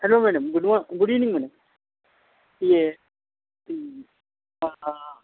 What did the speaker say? hello madam good morning good evening madam یہ